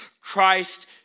Christ